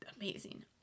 amazing